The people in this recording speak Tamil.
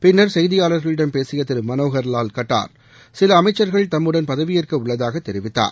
பின்னர் செய்தியாளர்களிடம் பேசிய திரு மனோகர் வால் கட்டார் சில அமைச்சர்கள் தம்முடன் பதவியேற்க உள்ளதாக தெரிவித்தார்